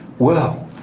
well,